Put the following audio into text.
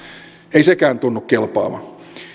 ei sekään tunnu kelpaavan